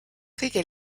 kõige